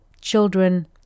children